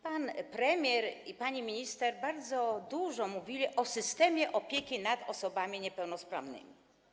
Pan premier i pani minister bardzo dużo mówili o systemie opieki nad osobami niepełnosprawnymi.